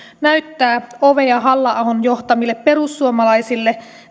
näyttää ovea halla ahon johtamille perussuomalaisille